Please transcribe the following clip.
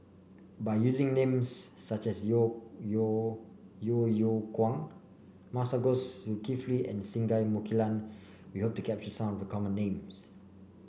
by using names such as Yeo Yeow Yeo Yeow Kwang Masagos Zulkifli and Singai Mukilan we hope to capture some of the common names